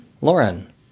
Lauren